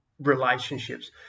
Relationships